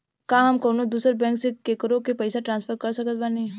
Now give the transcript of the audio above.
का हम कउनों दूसर बैंक से केकरों के पइसा ट्रांसफर कर सकत बानी?